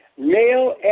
Male